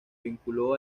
vinculó